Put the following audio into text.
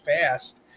fast